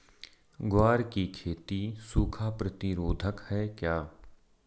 ग्वार की खेती सूखा प्रतीरोधक है क्या?